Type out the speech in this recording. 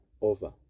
over